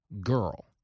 girl